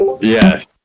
Yes